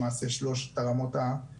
עשרים ושישה אחוזים ברמה בינונית,